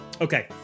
Okay